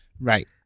Right